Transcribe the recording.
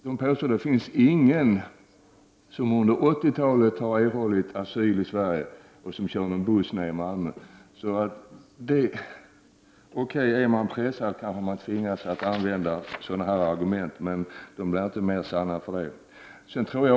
Däremot har ingen som under 80-talet erhållit asyl i Sverige anställts som bussförare i Malmö. Är man pressad kan man naturligtvis tillgripa sådana argument, men de blir för den skull inte mer sanna.